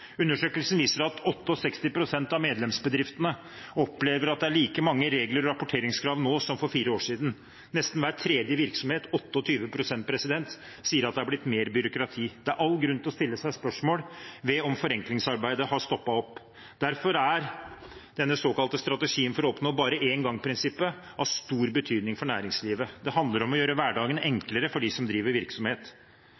Undersøkelsen viser at 68 pst. av medlemsbedriftene opplever at det er like mange regler og rapporteringskrav nå som for fire år siden. Nesten hver tredje virksomhet – 28 pst. – sier at det er blitt mer byråkrati. Det er all grunn til å stille seg spørsmål om forenklingsarbeidet har stoppet opp. Derfor er den såkalte strategien for å oppnå «bare én gang-prinsippet» av stor betydning for næringslivet. Det handler om å gjøre hverdagen